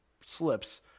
slips